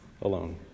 alone